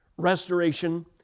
restoration